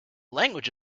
language